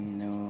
no